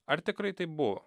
ar tikrai taip buvo